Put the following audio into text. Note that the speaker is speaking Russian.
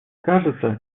кажется